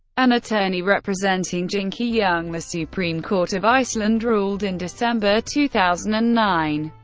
an attorney representing jinky young, the supreme court of iceland ruled, in december two thousand and nine,